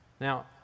Now